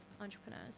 entrepreneurs